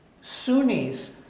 Sunnis